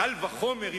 קל וחומר,